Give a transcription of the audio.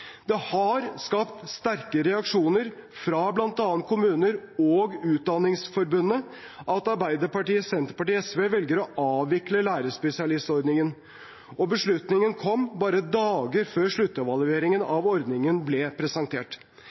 Det har skapt sterke reaksjoner fra bl.a. kommuner og Utdanningsforbundet at Arbeiderpartiet, Senterpartiet og SV velger å avvikle lærerspesialistordningen – og beslutningen kom bare dager før sluttevalueringen av ordningen ble presentert.